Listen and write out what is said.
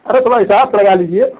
अरे थोड़ा हिसाब से लगा लीजिए